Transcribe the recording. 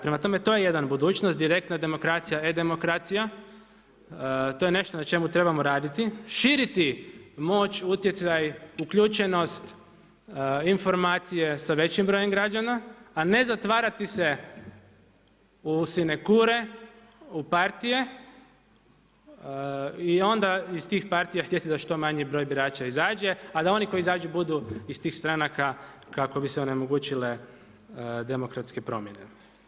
Prema tome, to je jedna budućnost, direktna demokracija, e-demokracija, to je nešto na čemu trebamo raditi, širiti moć, utjecaj, uključenost informacije sa većim brojem građana a ne zatvarati se u sinekure, u partije i onda iz tih partija htjeti da što manji broj birača izađe a da oni koji izađu budu iz tih stranaka kako bi se onemogućile demokratske promjene.